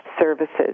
services